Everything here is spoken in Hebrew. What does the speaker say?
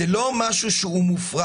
זה לא משהו שהוא מופרך.